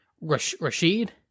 Rashid